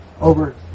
over